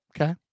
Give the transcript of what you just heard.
Okay